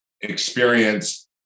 Experience